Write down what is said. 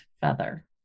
feather